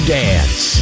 dance